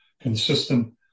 consistent